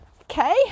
okay